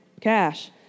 cash